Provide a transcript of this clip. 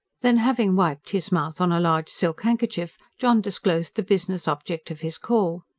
then, having wiped his mouth on a large silk handkerchief, john disclosed the business object of his call.